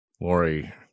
Lori